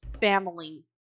family